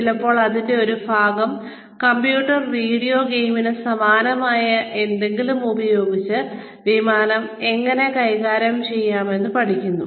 ചിലപ്പോൾ അതിന്റെ ഒരു ഭാഗം കമ്പ്യൂട്ടർ വീഡിയോ ഗെയിമിന് സമാനമായ എന്തെങ്കിലും ഉപയോഗിച്ച് വിമാനം എങ്ങനെ കൈകാര്യം ചെയ്യാമെന്ന് പഠിക്കുന്നു